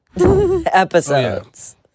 episodes